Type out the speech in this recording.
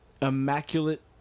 immaculate